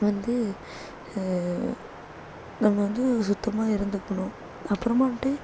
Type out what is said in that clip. வந்து நம்ம வந்து சுத்தமாக இருந்துக்கணும் அப்புறமா வந்துட்டு